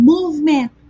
Movement